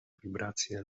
wibracje